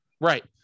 Right